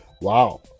wow